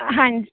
ਹਾਂਜੀ